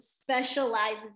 specializes